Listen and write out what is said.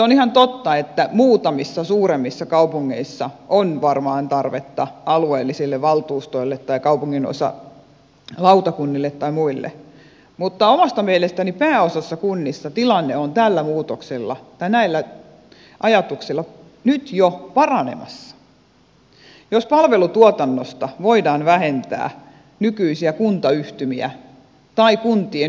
on ihan totta että muutamissa suurimmissa kaupungeissa on varmaan tarvetta alueellisille valtuustoille tai kaupunginosalautakunnille tai muille mutta omasta mielestäni pääosassa kunnista tilanne on näillä ajatuksilla nyt jo paranemassa jos palvelutuotannosta voidaan vähentää nykyisiä kuntayhtymiä tai kuntien yhteisiä yhtiöitä